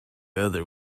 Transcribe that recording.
other